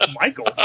Michael